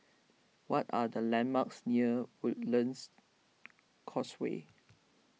what are the landmarks near Woodlands Causeway